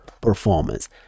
performance